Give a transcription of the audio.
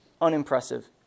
unimpressive